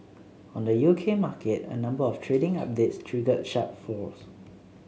on the U K market a number of trading updates triggered sharp falls